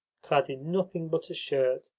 clad in nothing but a shirt,